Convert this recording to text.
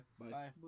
Bye